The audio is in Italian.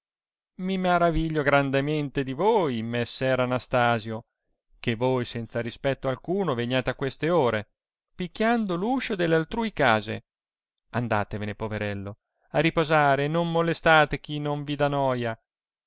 mi maraviglio grandemente di voi messer anastasio che voi senza rispetto alcuno veniate a queste ore pichiando l uscio dell altrui case andatevene poverello a riposare e non molestate chi non vi dà noia